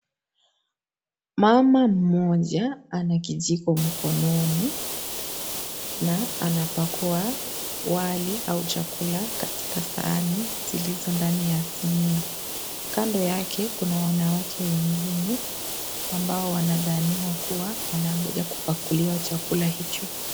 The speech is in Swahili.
Mama mmoja ana kijiko mkononi na anapakua wali au chakula katika sahani zilizo ndani ya sinia. Kando yake kuna wanawake wengine, ambao wanadhaniwa kuwa wanangoja kupakuliwa chakula hicho.